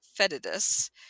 fetidus